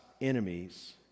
enemies